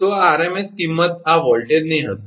તો આ rms ની કિંમત આ વોલ્ટેજની હશે બરાબર